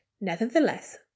nevertheless